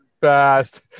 fast